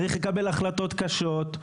צריך לקבל החלטות קשות,